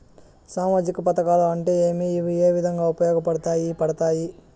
సామాజిక పథకాలు అంటే ఏమి? ఇవి ఏ విధంగా ఉపయోగపడతాయి పడతాయి?